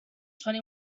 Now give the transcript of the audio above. twenty